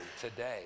today